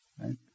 Right